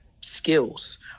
skills